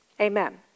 Amen